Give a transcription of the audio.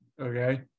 Okay